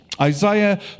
Isaiah